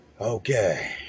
okay